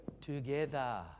together